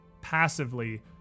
passively